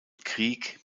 krieg